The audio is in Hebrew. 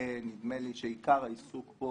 נדמה לי שעיקר העיסוק פה